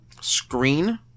screen